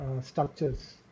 structures